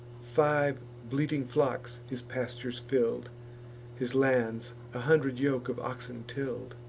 five bleating flocks, his pastures fill'd his lands a hundred yoke of oxen till'd.